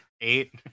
Eight